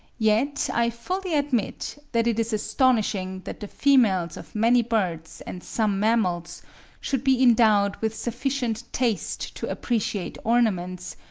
yet i fully admit that it is astonishing that the females of many birds and some mammals should be endowed with sufficient taste to appreciate ornaments,